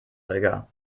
olga